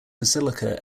basilica